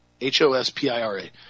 H-O-S-P-I-R-A